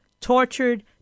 tortured